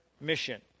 mission